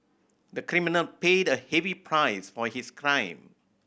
the criminal paid a heavy price for his crime